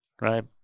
right